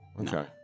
Okay